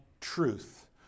truth